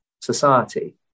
society